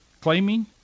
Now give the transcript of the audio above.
claiming